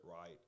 right